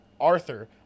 Arthur